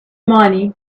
money